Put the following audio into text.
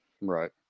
Right